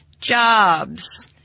Jobs